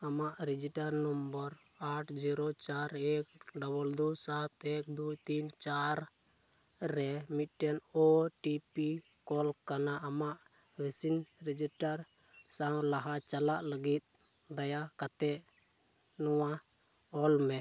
ᱟᱢᱟᱜ register number ᱟᱴ zero ᱪᱟᱨ ᱮᱠ ᱰᱚᱵᱚᱱ ᱫᱳ ᱥᱟᱛ ᱮᱠ ᱫᱩ ᱛᱤᱱ ᱪᱟᱨ ᱨᱮ ᱢᱤᱫᱴᱮᱱ ᱳ ᱴᱤ ᱯᱤ ᱠᱚᱞᱠᱟᱱᱟ ᱟᱢᱟᱜ ᱢᱮᱥᱤᱱ ᱨᱮᱡᱤᱴᱟᱨ ᱥᱟᱶ ᱞᱟᱦᱟ ᱪᱟᱞᱟᱜ ᱞᱟᱹᱜᱤᱫ ᱫᱟᱭᱟ ᱠᱟᱛᱮ ᱱᱚᱣᱟ ᱚᱞ ᱢᱮ